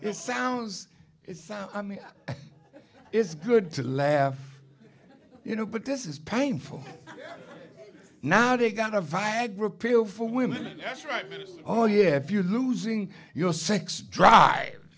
it sounds it sounds i mean it's good to laugh you know but this is painful now they got a vibe repeal for women that's right oh yeah if you losing your sex drive